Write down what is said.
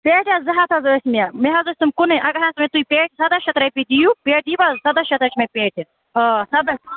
پیٹٮ۪س زٕ ہَتھ حظ ٲسۍ مےٚ مےٚ حظ ٲسۍ تِم کٕنٕنۍ اَگر حظ مےٚ تُہۍ پیٹہِ سَداہ شَتھ رۄپیہِ دِیِو پیٹہِ دِیٖوا سَداہ شَتھ حظ مےٚ پیٹہِ آ سَداہ